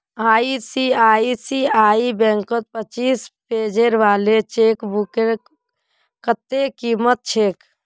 ICICI बैंकत पच्चीस page वाली चेकबुकेर कत्ते कीमत छेक